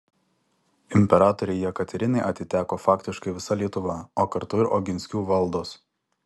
imperatorei jekaterinai atiteko faktiškai visa lietuva o kartu ir oginskių valdos